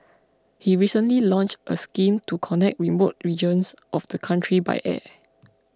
he recently launched a scheme to connect remote regions of the country by air